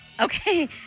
Okay